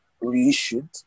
reissued